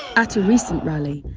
at a recent rally,